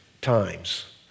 times